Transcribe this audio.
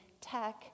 tech